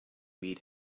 eat